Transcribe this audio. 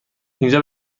اینجا